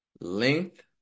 Length